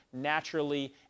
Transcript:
naturally